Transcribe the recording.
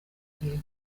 gihe